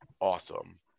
awesome